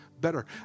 better